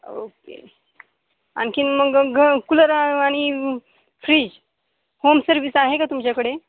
okay आणखी मग ग कूलर आणि फ्रीज होम सर्विस आहे का तुमच्याकडे